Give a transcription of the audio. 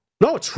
No